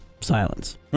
silence